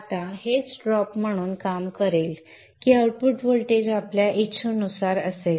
आता हेच ड्रॉप म्हणून काम करेल की आउटपुट व्होल्टेज आपल्या इच्छेनुसार असेल